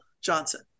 Johnson